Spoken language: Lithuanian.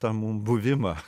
tą mum buvimą